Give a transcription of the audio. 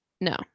no